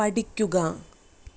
പഠിക്കുക